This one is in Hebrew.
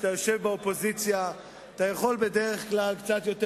כשאתה יושב באופוזיציה אתה יכול בדרך כלל קצת יותר